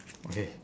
okay